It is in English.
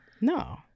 No